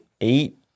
eight